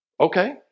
okay